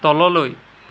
তললৈ